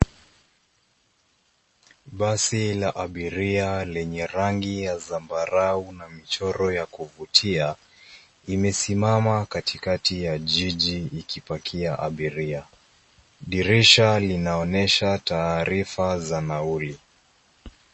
Basi la abiria lenye rangi ya zambarau na michoro ya kuvutia , imesimama katikati ya jiji ikipakia abiria. Dirisha linaonyesha taarifa za nauli.